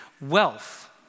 wealth